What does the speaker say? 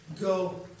go